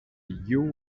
you